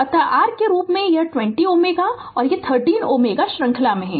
अतः r के रूप में यह 20 Ω और 30 Ω श्रृंखला में है